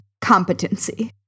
competency